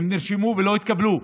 הם נרשמו ולא התקבלו.